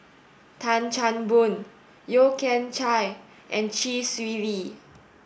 Tan Chan Boon Yeo Kian Chai and Chee Swee Lee